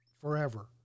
forever